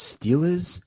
Steeler's